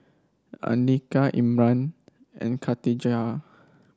Andika Imran and Khatijah